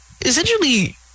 essentially